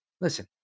Listen